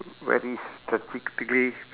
very strategically